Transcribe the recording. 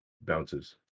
bounces